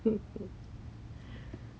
but actually I am quite grateful